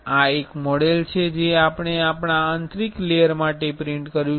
આ એક મોડેલ છે જે આપણે આપણા આંતરિક લેયર માટે પ્રિંટ કર્યુ છે